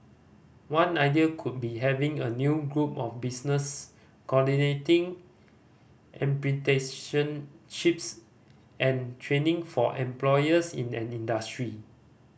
one idea could be having a new group of business coordinating apprenticeships and training for employers in an industry